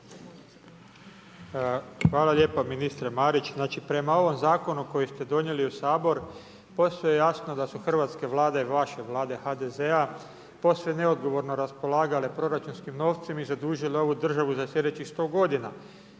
Hvala lijepo ministre Marić. Znači, prema ovom zakonu koji ste donijeli u Sabor, postoje jasno, da su hrvatske vlade i vaše vlade HDZ-a, posve neodgovorno raspolagale proračunskim novcima i zadužile ovu državu za sljedećih 100 g.